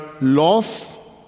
love